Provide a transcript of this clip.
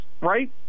right